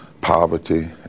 poverty